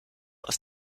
aus